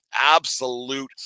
absolute